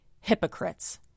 hypocrites